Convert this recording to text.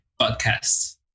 podcast